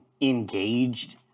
Engaged